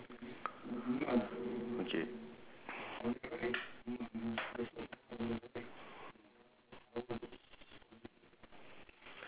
uh no mine is the just a guy standing at the tree